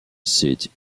seat